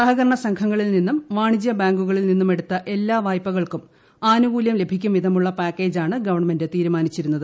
സഹകരണ സംഘങ്ങളിൽനിന്നും വാണിജൃബാങ്കുകളിൽനിന്നും എടുത്ത എല്ലാ വായ്പ്കൾക്കും ആനുകൂലൃം ലഭിക്കുംവിധമുള്ള പാക്കേജാണ് ഗവൺമെന്റ് തീരുമാനിച്ചിരുന്നത്